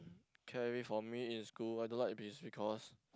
carry for me in school I don't like biz because